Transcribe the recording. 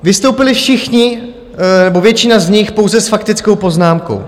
Vystoupili všichni, nebo většina z nich, pouze s faktickou poznámkou.